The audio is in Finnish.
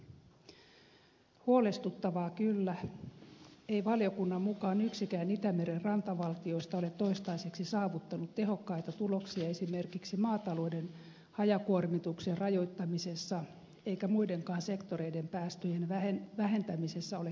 huolestuttavaa kyllä valiokunnan mukaan yksikään itämeren rantavaltioista ei ole toistaiseksi saavuttanut tehokkaita tuloksia esimerkiksi maatalouden hajakuormituksen rajoittamisessa eikä muidenkaan sektoreiden päästöjen vähentämisessä ole kehumista